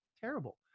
terrible